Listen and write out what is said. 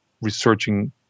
researching